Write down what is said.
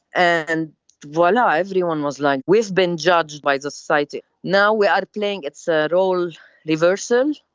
and voila. everyone was like, we've been judged by society. now we are playing. it said all these persons.